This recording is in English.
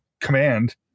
command